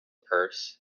purse